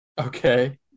Okay